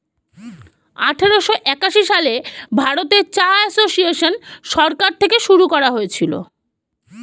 আঠারোশো একাশি সালে ভারতে চা এসোসিয়েসন সরকার থেকে শুরু করা হয়েছিল